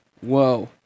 Whoa